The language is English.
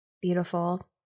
Beautiful